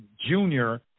junior